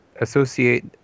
associate